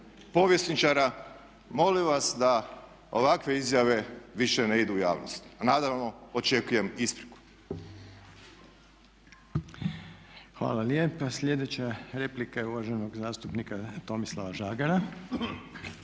povjesničara molim vas da ovakve izjave više ne idu u javnost. A naravno očekujem ispriku. **Reiner, Željko (HDZ)** Hvala lijepa. Sljedeća replika je uvaženog zastupnika Tomislava Žagara.